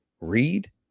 Read